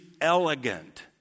elegant